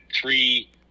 three